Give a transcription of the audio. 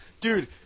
Dude